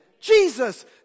Jesus